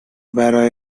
برای